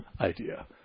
idea